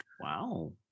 Wow